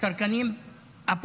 הצרכּניים.